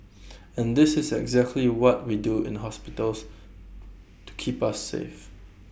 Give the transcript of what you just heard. and this is exactly what we do in hospitals to keep us safe